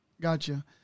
Gotcha